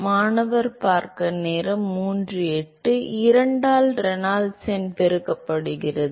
மாணவர் இது 2 ஆல் ரெனால்ட்ஸ் எண் பெருக்கப்படுகிறது